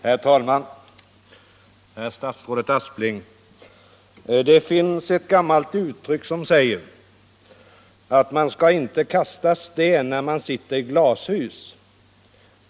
Herr talman! Det finns, statsrådet Aspling. ett gammalt uttryck som säger att man skall inte kasta sten när man sitter I glashus.